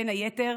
בין היתר